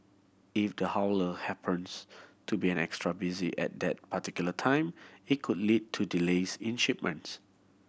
if the haulier happens to be an extra busy at that particular time it could lead to delays in shipments